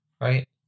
right